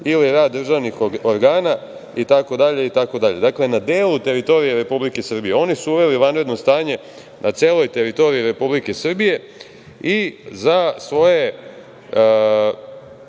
ili rad državnih organa itd. Dakle, na delu teritorije Republike Srbije. Oni su uveli vanredno stanje na celoj teritoriji Republike Srbije i za svoje